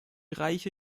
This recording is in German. reiche